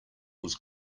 was